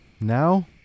Now